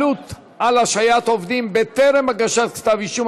הצעת חוק מגבלות על השעיית עובדים בטרם הגשת כתב אישום,